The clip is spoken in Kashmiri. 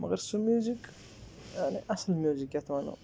مگر سُہ میوٗزِک یعنی اَصٕل میوٗزِک یَتھ وَنو